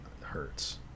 hurts